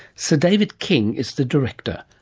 sir david king is the director,